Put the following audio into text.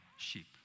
sheep